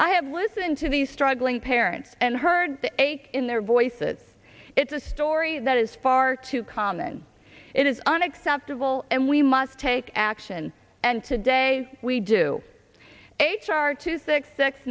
i have listened to these struggling parents and heard the ache in their voices it's a story that is far too common it is unacceptable and we must take action and today we do h r two six six